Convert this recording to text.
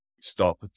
stop